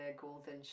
golden